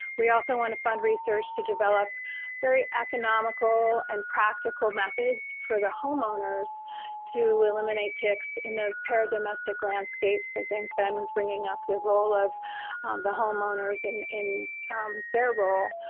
we also want to fund research to develop very economical and practical methods for the homeowners to eliminate ticks in a pair of domestic landscapes. i think ben was bringing up the role of the homeowners and their role,